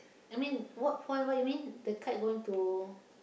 I mean what what what you mean the kite going to